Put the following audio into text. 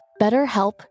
BetterHelp